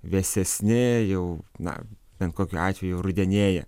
vėsesni jau na bent kokiu atveju rudenėja